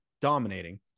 dominating